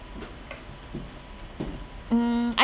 mm